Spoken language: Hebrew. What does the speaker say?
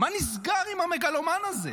מה נסגר עם המגלומן הזה?